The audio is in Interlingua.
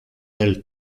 del